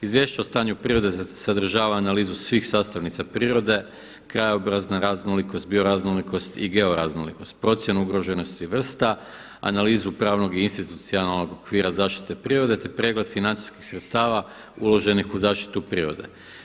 Izvješće o stanju prirode sadržava analizu svih sastavnica prirode, krajobrazna raznolikost, bioraznolikost i georaznolikost, procjenu ugroženosti vrsta, analizu pravnog i institucionalnog okvira zaštite prirode te pregled financijskih sredstava uloženih u zaštitu prirode.